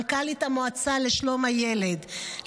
מנכ"לית המועצה לשלום הילד,